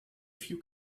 few